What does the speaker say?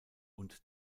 und